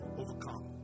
overcome